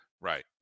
Right